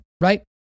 Right